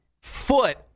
foot